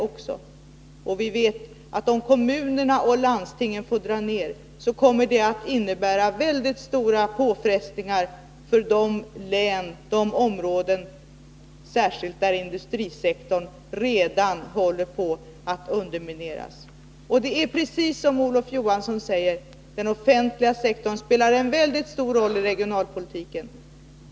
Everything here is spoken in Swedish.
Vi vet att neddragningar av kommunernas och landstingens verksamhet kommer att innebära stora påfrestningar, särskilt för de områden där industrisektorn redan håller på att undermineras. Det är precis som Olof Johansson säger: Den offentliga sektorn spelar en väldigt stor roll i regionalpolitiken.